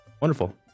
Wonderful